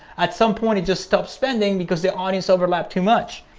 at some point it just stopped spending because the audience overlap too much.